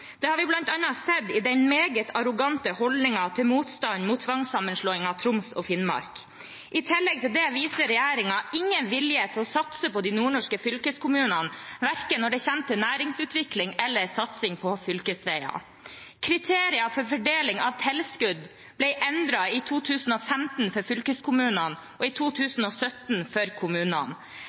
Det har vi bl.a. sett i den meget arrogante holdningen til motstanden mot tvangssammenslåingen av Troms og Finnmark. I tillegg viser regjeringen ingen vilje til å satse på de nordnorske fylkeskommunene verken når det gjelder næringsutvikling eller satsing på fylkesveier. Kriteriene for fordeling av tilskudd ble endret i 2015 for fylkeskommunene og i 2017 for kommunene.